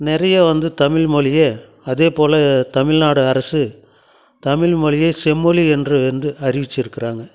நிறைய வந்து தமிழ் மொழியை அதே போல தமிழ்நாடு அரசு தமிழ் மொழியை செம்மொழி என்று வந்து அறிவிச்சிருக்குறாங்கள்